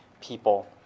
people